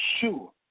sure